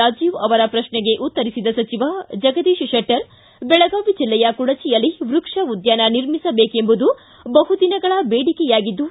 ರಾಜೀವ್ ಅವರ ಪ್ರಶ್ನೆಗೆ ಉತ್ತರಿಸಿದ ಸಚಿವ ಜಗದೀಶ್ ಶೆಟ್ಟರ್ ಬೆಳಗಾವಿ ಜಿಲ್ಲೆಯ ಕುಡಚಿಯಲ್ಲಿ ವ್ಯಕ್ಷ ಉದ್ದಾನ ನಿರ್ಮಿಸಬೇಕೆಂಬುದು ಬಹುದಿನಗಳ ಬೇಡಿಕೆಯಾಗಿದ್ದು